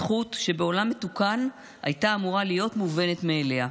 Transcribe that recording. זכות שבעולם מתוקן הייתה אמורה להיות מובנת מאליה.